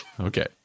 Okay